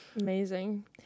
Amazing